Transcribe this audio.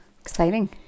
Exciting